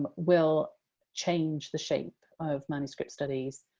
will change the shape of manuscript studies,